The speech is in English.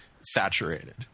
saturated